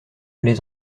lez